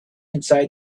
inside